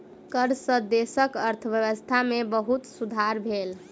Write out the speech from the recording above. कर सॅ देशक अर्थव्यवस्था में बहुत सुधार भेल